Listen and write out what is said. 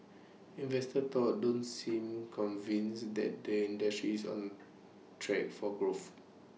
investors though don't seem convinced that the industry is on track for growth